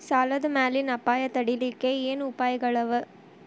ಸಾಲದ್ ಮ್ಯಾಲಿನ್ ಅಪಾಯ ತಡಿಲಿಕ್ಕೆ ಏನ್ ಉಪಾಯ್ಗಳವ?